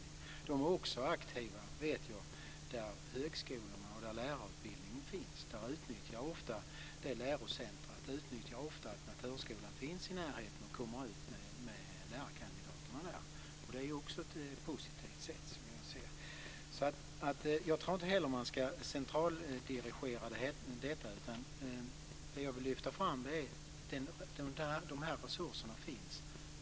Jag vet att de också är aktiva där högskolorna och lärarutbildningarna finns. Dessa lärocentrum utnyttjar ofta att naturskolan finns i närheten och kommer ut med lärarkandidaterna. Det är också positivt. Jag tror inte heller att man ska centraldirigera detta. Jag vill lyfta fram att de här resurserna finns.